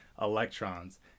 electrons